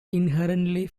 inherently